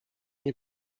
nie